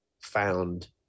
found